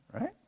right